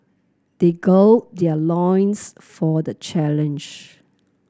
they gird their loins for the challenge